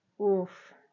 Oof